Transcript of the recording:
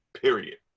Period